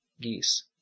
geese